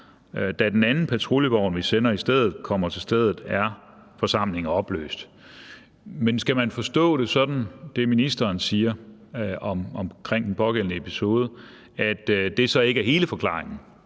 Da den anden patruljevogn, vi sender i stedet, kommer til stedet er forsamlingen opløst«. Men skal man forstå det sådan, altså det, ministeren siger om den pågældende episode, at det så ikke er hele forklaringen,